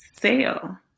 sale